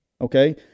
okay